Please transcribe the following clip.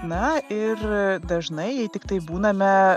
na ir dažnai tiktai būname